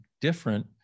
different